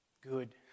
good